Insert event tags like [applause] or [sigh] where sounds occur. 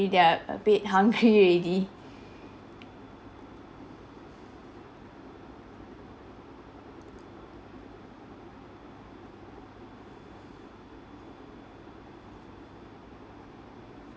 ~lly they are a bit hungry [laughs] already